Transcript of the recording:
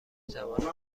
توانم